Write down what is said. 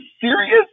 serious